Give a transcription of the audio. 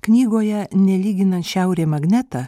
knygoje nelyginant šiaurė magnetą